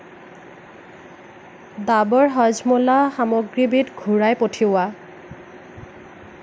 ডাবৰ হাজমোলা সামগ্ৰীবিধ ঘূৰাই পঠিওৱা